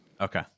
okay